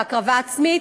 להקרבה עצמית,